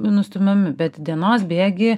nustumiami bet dienos bėgy